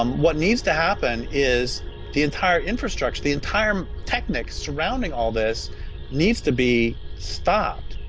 um what needs to happen is the entire infrastructure, the entire technics surrounding all this needs to be stopped.